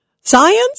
science